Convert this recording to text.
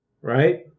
Right